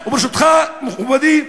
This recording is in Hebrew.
וברשותך, מכובדי היושב-ראש,